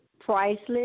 Priceless